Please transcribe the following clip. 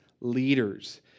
leaders